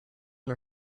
her